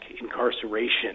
incarceration